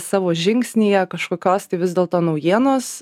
savo žingsnyje kažkokios tai vis dėlto naujienos